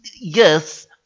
yes